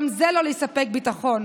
גם זה לא לספק ביטחון.